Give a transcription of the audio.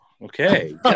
Okay